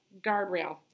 guardrail